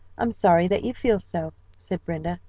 i'm sorry that you feel so, said brenda.